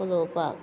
उलोवपाक